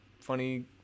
funny